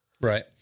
Right